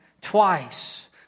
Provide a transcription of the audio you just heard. twice